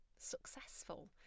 successful